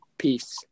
Peace